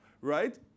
right